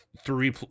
three